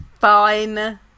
fine